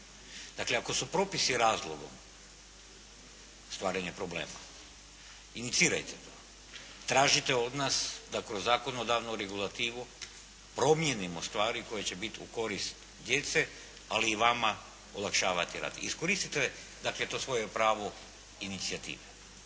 Dakle, ako su propisi razlogom stvaranja problema inicirajte to, tražite od nas da kroz zakonodavnu regulativu promijenimo stvari koje će biti u korist djece, ali i vama olakšavati rad. Iskoristite dakle to svoje pravo inicijative.